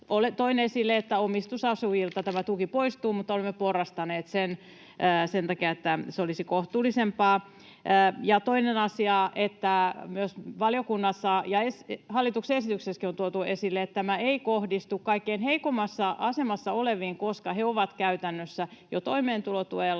toin esille, että omistusasujilta tämä tuki poistuu mutta olemme porrastaneet sen sen takia, että se olisi kohtuullisempaa. Toinen asia: valiokunnassa ja hallituksen esityksessäkin on tuotu esille, että tämä ei kohdistu kaikkein heikoimmassa asemassa oleviin, koska he ovat käytännössä jo toimeentulotuella,